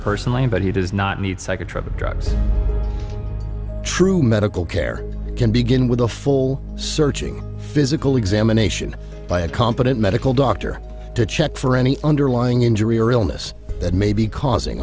personally but he does not need psychotropic drugs true medical care can begin with a full searching physical examination by a competent medical doctor to check for any underlying injury or illness that may be causing